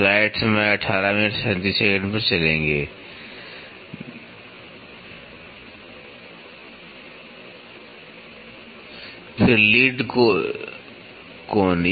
फिर लीड कोण